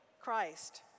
Christ